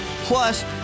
Plus